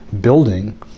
building